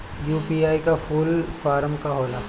UPI का full form का होला?